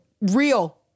real